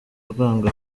urwango